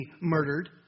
murdered